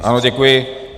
Ano, děkuji.